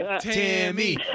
Tammy